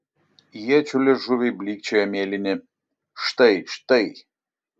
iečių liežuviai blykčioja mėlyni štai štai